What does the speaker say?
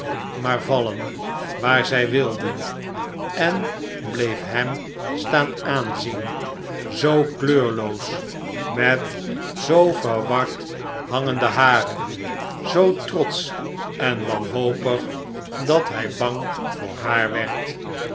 maar vallen waar zij wilden en bleef hem staan aanzien zoo kleurloos met zoo yerward hangende haren zoo trotsch en wanhopig dat hij bang voor haar werd